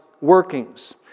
workings